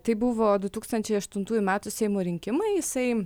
tai buvo du tūkstančiai aštuntųjų metų seimo rinkimai jisai